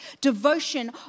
devotion